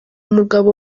mugabo